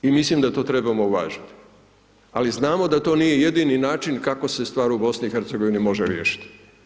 I mislim da to trebamo uvažiti ali znamo da to nije jedini način kako se stvar u BiH-u može riješiti.